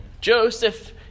Joseph